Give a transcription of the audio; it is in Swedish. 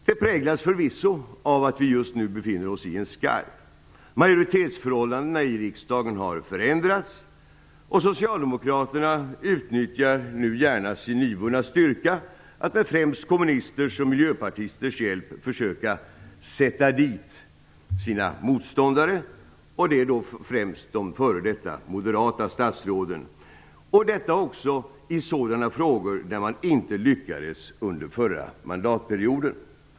Det präglas förvisso av att vi just nu befinner oss i en skarv. Majoritetsförhållandena i riksdagen har förändrats, och socialdemokraterna utnyttjar nu gärna sin nyvunna styrka till att med främst kommunisters och miljöpartisters hjälp försöka "sätta dit" sina motståndare - och då främst de f.d. moderata statsråden - detta också i sådana frågor där man inte lyckades under förra mandatperioden.